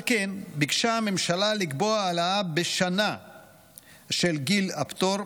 על כן ביקשה הממשלה לקבוע העלאה בשנה של גיל הפטור,